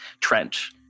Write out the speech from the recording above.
Trench